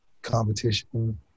competition